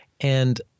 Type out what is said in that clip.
And-